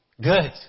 good